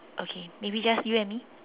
okay maybe just you and me